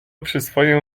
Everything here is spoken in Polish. przyswoję